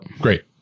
Great